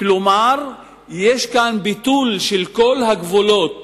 כלומר יש כאן ביטול של כל הגבולות